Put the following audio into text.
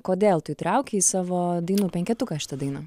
kodėl tu įtraukei į savo dainų penketuką šitą dainą